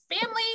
family